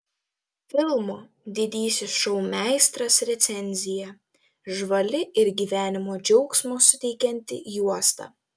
filmo didysis šou meistras recenzija žvali ir gyvenimo džiaugsmo suteikianti juosta